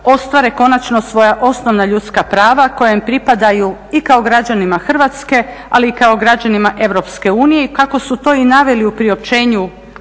ostvare konačno svoja osnova ljudska prava koja im pripadaju i kao građanima Hrvatske, ali i kao građanima EU i kako su to i naveli u priopćenju